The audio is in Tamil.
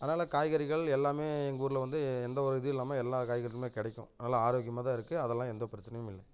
அதனால் காய்கறிகள் எல்லாமே எங்கள் ஊரில் வந்து எந்த ஒரு இதுவும் இல்லாமல் எல்லா காய்கறிகளுமே கிடைக்கும் நல்லா ஆரோக்கியமாக தான் இருக்குது அதெல்லாம் எந்த பிரச்சனையும் இல்லை